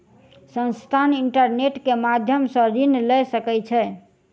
संस्थान, इंटरनेट के माध्यम सॅ ऋण लय सकै छै